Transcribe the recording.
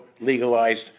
legalized